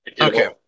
Okay